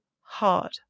hard